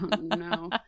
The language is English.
no